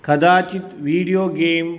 कदाचित् video game